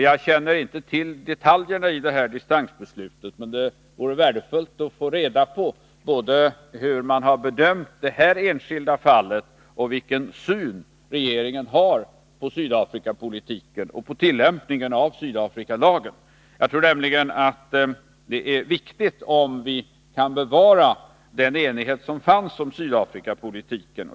Jag känner inte till detaljerna i detta dispensbeslut, men det vore värdefullt att få reda på både hur man har bedömt detta enskilda fall och vilken syn regeringen har på Sydafrikapolitiken i stort och på tillämpningen av Sydafrikalagen. Jag tror nämligen att det är viktigt att kunna bevara den enighet som fanns om Sydafrikapolitiken.